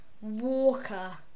Walker